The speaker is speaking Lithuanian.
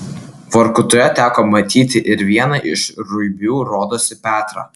vorkutoje teko matyti ir vieną iš ruibių rodosi petrą